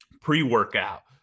pre-workout